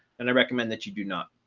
and i recommend that you do not.